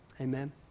Amen